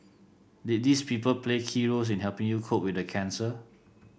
did these people play key roles in helping you cope with the cancer